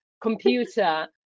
computer